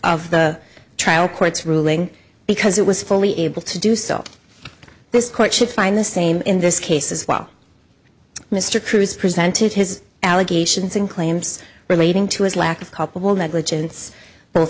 of the trial court's ruling because it was fully able to do so this court should find the same in this case as well mr cruise presented his allegations and claims relating to his lack of culpable negligence both